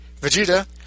Vegeta